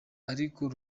ariko